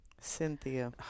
Cynthia